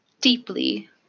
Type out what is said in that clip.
deeply